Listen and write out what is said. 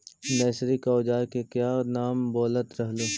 Nursery के ओजार के क्या नाम बोलत रहलू?